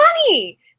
money